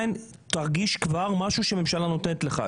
תרגיש כבר משהו שהממשלה נותנת לך.